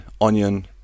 onion